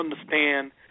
understand